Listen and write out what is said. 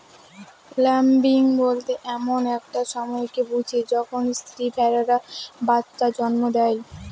lambing বলতে এমন একটা সময়কে বুঝি যখন স্ত্রী ভেড়ারা বাচ্চা জন্ম দেয়